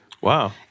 Wow